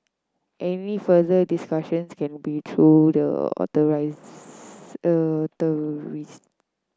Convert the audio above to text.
any further discussions can be through the